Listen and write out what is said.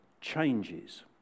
changes